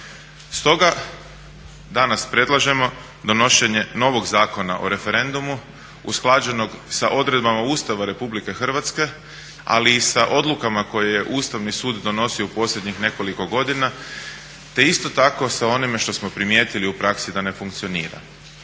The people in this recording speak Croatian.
Stoga danas predlažemo donošenje novog Zakona o referendumu usklađenog sa odredbama Ustava RH, ali i sa odlukama koje je Ustavni sud donosio u posljednjih nekoliko godina, te isto tako sa onime što smo primijetili u praksi da ne funkcionira.